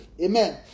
amen